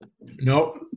Nope